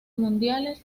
mundiales